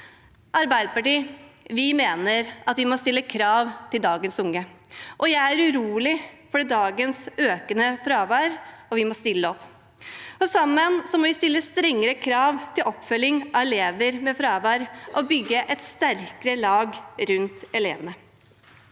Arbeiderpartiet mener at vi må stille krav til dagens unge. Jeg er urolig for dagens økende fravær, og vi må stille opp. Sammen må vi stille strengere krav til oppfølging av elever med fravær og bygge et sterkere lag rundt elevene.